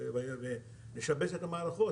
ולשבש את המערכות.